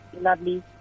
lovely